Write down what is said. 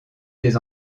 des